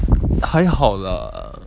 还好 lah